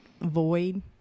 void